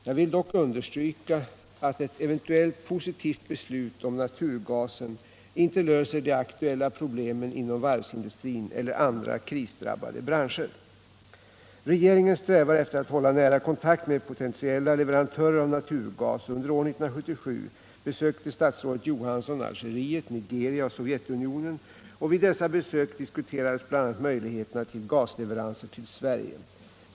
Jag vill dock understryka att ett eventuellt positivt beslut om naturgasen inte löser de aktuella problemen inom varvsindustrin eller andra krisdrabbade branscher. Regeringen strävar efter att hålla nära kontakt med potentiella leverantörer av naturgas. Under år 1977 besökte statsrådet Johansson Algeriet, Nigeria och Sovjetunionen, och vid dessa besök diskuterades bl.a. möjligheterna för gasleveranser till Sverige.